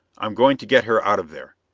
i'm going to get her out of there.